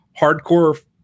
hardcore